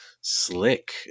slick